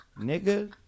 Nigga